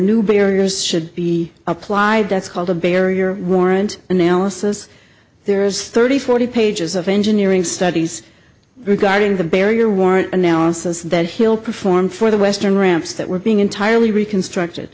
new barriers should be applied that's called a barrier warrant analysis there is thirty forty pages of engineering studies regarding the barrier war analysis that he'll perform for the western ramps that were being entirely reconstructed